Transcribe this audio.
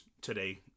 today